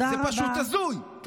זה פשוט הזוי.